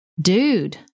dude